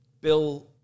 Bill